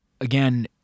again